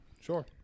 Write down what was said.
sure